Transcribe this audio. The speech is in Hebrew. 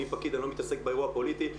אני פקיד, אני לא מתעסק באירוע הפוליטי.